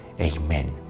Amen